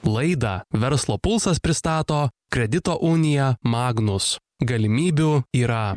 laidą verslo pulsas pristato kredito unija magnus galimybių yra